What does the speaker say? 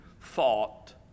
thought